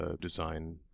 design